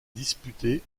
disputés